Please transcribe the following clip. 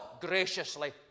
graciously